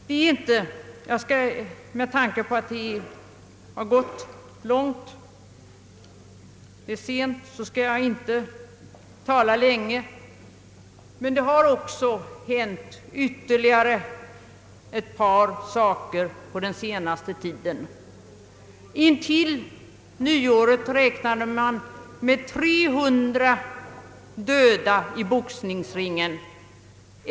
Med tanke på den sena timmen skall jag fatta mig kort, men vill påpeka att det också hänt ytterligare ett par saker under den senaste tiden. Intill nyåret räknade man med 300 döda i boxningsringen.